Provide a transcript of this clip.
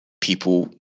people